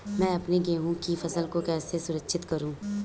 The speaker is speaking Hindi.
मैं अपनी गेहूँ की फसल को कैसे सुरक्षित करूँ?